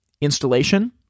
installation